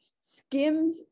skimmed